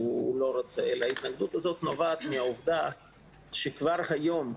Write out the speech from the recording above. רצון אלא היא נובעת מהעובודה שכבר היום,